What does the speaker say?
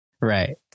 right